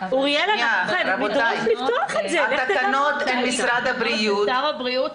--- רבותי, התקנות זה משרד הבריאות.